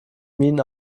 minen